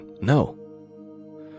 no